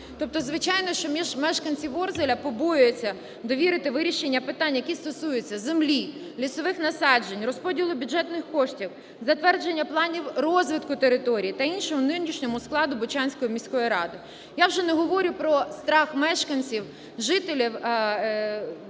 Тобто звичайно, що мешканці Ворзеля побоюються довірити вирішення питань, які стосуються землі, лісових насаджень, розподілу бюджетних коштів, затвердження планів розвитку територій та інших нинішньому складу Бучанської міської ради. Я вже не говорю про страх мешканців, жителів передати